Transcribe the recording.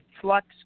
flux